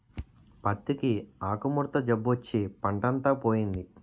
పత్తికి ఆకుముడత జబ్బొచ్చి పంటంతా పోయింది